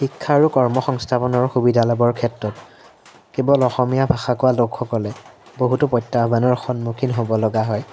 শিক্ষা আৰু কৰ্ম সংস্থাপনৰ সুবিধা ল'বৰ ক্ষেত্ৰত কেৱল অসমীয়া ভাষা কোৱা লোকসকলে বহুতো প্ৰত্যাহ্বানৰ সন্মুখীন হ'ব লগা হয়